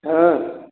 हाँ